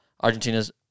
Argentina's